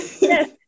Yes